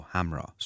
Hamra